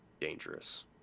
Dangerous